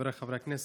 חבריי חברי הכנסת,